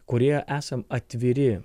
kurie esam atviri